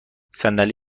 صندلی